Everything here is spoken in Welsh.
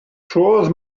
trodd